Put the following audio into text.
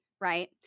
right